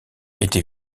était